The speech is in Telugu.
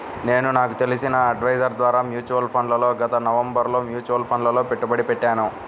నేను నాకు తెలిసిన అడ్వైజర్ ద్వారా మ్యూచువల్ ఫండ్లలో గత నవంబరులో మ్యూచువల్ ఫండ్లలలో పెట్టుబడి పెట్టాను